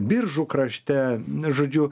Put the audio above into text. biržų krašte žodžiu